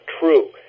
true